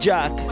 Jack